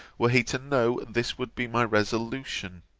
were he to know this would be my resolution.